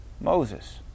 Moses